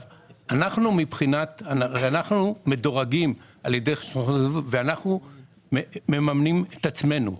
אנחנו מדורגים ואנחנו מממנים את עצמנו.